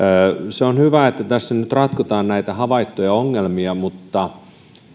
on hyvä että tässä nyt ratkotaan näitä havaittuja ongelmia mutta